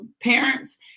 parents